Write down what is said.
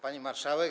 Pani Marszałek!